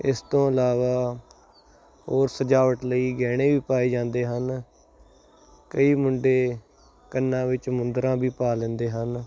ਇਸ ਤੋਂ ਇਲਾਵਾ ਹੋਰ ਸਜਾਵਟ ਲਈ ਗਹਿਣੇ ਵੀ ਪਾਏ ਜਾਂਦੇ ਹਨ ਕਈ ਮੁੰਡੇ ਕੰਨਾਂ ਵਿੱਚ ਮੁੰਦਰਾਂ ਵੀ ਪਾ ਲੈਂਦੇ ਹਨ